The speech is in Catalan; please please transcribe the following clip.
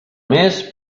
més